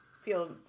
feel